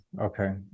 okay